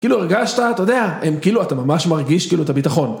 כאילו הרגשת, אתה יודע, כאילו אתה ממש מרגיש כאילו את הביטחון.